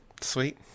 sweet